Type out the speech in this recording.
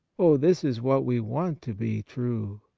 oh, this is what we want to be true!